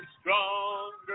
stronger